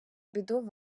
біду